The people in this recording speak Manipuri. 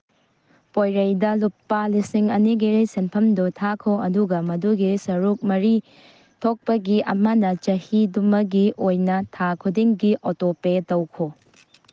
ꯄꯣꯏꯔꯩꯗ ꯂꯨꯄꯥ ꯂꯤꯁꯤꯡ ꯑꯅꯤꯒꯤ ꯁꯦꯟꯐꯝꯗꯨ ꯊꯥꯈꯣ ꯑꯗꯨꯒ ꯃꯗꯨꯒꯤ ꯁꯔꯨꯛ ꯃꯔꯤ ꯊꯣꯛꯄꯒꯤ ꯑꯃꯅ ꯆꯍꯤꯗꯨꯃꯒꯤ ꯑꯣꯏꯅ ꯊꯥ ꯈꯨꯗꯤꯡꯒꯤ ꯑꯣꯇꯣ ꯄꯦ ꯇꯧꯈꯣ